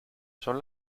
son